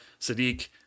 Sadiq